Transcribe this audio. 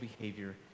behavior